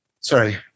sorry